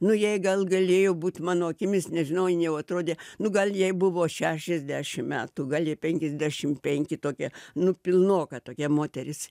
nu jai gal galėjo būt mano akimis nežinau ji jau atrodė nu gal jai buvo šešiasdešim metų gal jai penkiasdešim penki tokia nu pilnoka tokia moteris